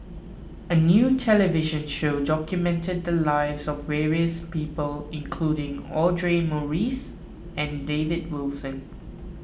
a new television show documented the lives of various people including Audra Morrice and David Wilson